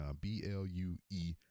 B-L-U-E